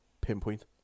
pinpoint